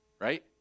right